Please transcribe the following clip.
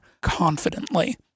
confidently